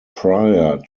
prior